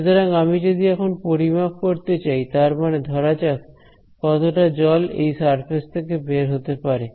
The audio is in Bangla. সুতরাং আমি যদি এখন পরিমাপ করতে চাই তার মানে ধরা যাক কতটা জল এই সারফেস থেকে বের হতে পারে